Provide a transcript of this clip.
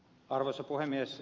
arvoisa puhemies